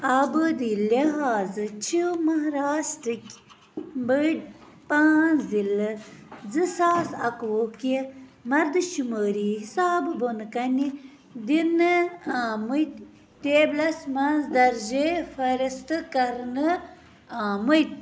آبٲدی لحاظٕ چھِ مہاراشٹرٕکۍ بٔڈۍ پانٛژھ ضِلعہٕ زٕ ساس اَکوُہ کہِ مردٕ شُمٲری حِسابہٕ بۄنہٕ کَنہِ دِنہٕ آمٕتۍ ٹیبلَس منٛز درجہِ فہرِست كَرنہٕ آمٕتۍ